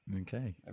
okay